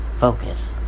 focus